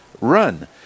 run